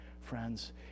friends